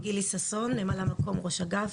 גילי ששון, ממלא מקום ראש אגף,